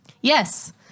Yes